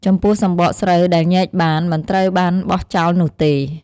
ចំពោះសម្បកស្រូវដែលញែកបាន មិនត្រូវបានបោះចោលនោះទេ។